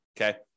Okay